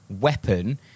weapon